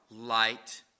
light